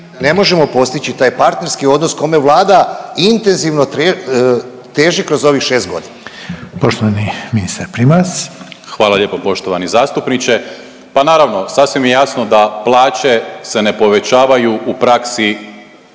ne možemo postići taj partnerski odnos kome Vlada intenzivno teži kroz ovih 6.g.. **Reiner, Željko (HDZ)** Poštovani ministar Primorac. **Primorac, Marko** Hvala lijepo poštovani zastupniče, pa naravno sasvim je jasno da plaće se ne povećavaju u praksi